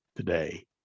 today